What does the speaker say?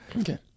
Okay